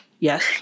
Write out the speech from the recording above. yes